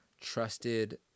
trusted